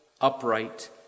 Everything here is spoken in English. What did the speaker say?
upright